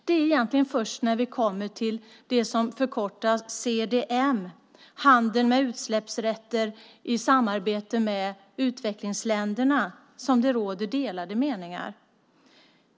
Det är egentligen först när vi kommer till det som förkortas CDM, handel med utsläppsrätter i samband med utvecklingsländerna, som det råder delade meningar.